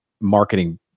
marketing